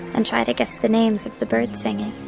and try to guess the names of the birds singing